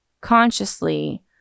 consciously